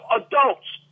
adults